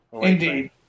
Indeed